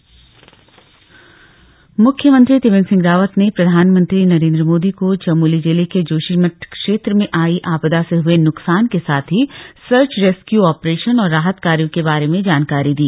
PM CM मलाकात म्ख्यमंत्री त्रिवेंद्र सिंह रावत ने प्रधानमंत्री नरेंद्र मोदी को चमोली जिले के जोशीमठ क्षेत्र में आई आपदा से हए न्कसान के साथ ही सर्च रेस्क्यू ऑपरेशन और राहत कार्यो के बारे में जानकारी दी